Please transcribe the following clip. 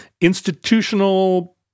institutional